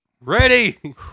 Ready